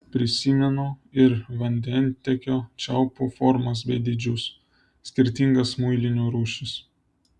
prisimenu ir vandentiekio čiaupų formas bei dydžius skirtingas muilinių rūšis